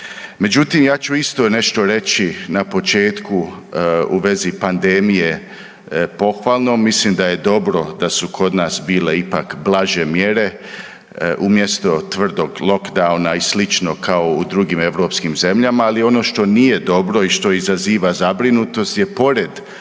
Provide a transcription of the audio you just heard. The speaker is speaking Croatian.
Međutim, ja ću isto nešto reći na početku u vezi pandemije pohvalno. Mislim da je dobro da su kod nas bile ipak blaže mjere umjesto tvrdog lockdowna i slično kao u drugim europskim zemljama. Ali ono što nije dobro i što izaziva zabrinutost je pored